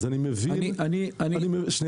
אז אני מבין -- חבר הכנסת טור פז,